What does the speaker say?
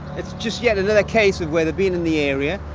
it's just yet another case of where they've been in the area.